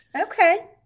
Okay